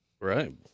Right